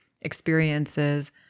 experiences